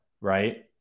Right